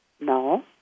No